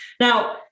Now